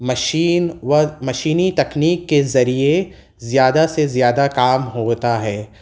machine و مشینی technique کے ذریعے زیادہ سے زیادہ کام ہوتا ہے